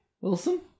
wilson